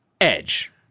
Edge